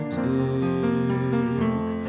take